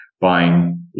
buying